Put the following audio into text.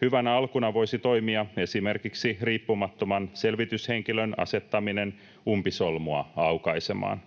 Hyvänä alkuna voisi toimia esimerkiksi riippumattoman selvityshenkilön asettaminen umpisolmua aukaisemaan.